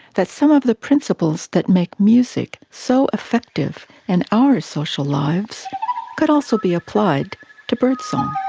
that some of the principles that make music so effective in our social lives could also be applied to birdsong.